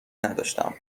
نداشتم